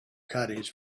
caddies